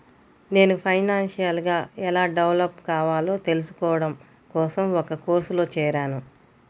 నేను ఫైనాన్షియల్ గా ఎలా డెవలప్ కావాలో తెల్సుకోడం కోసం ఒక కోర్సులో జేరాను